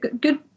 good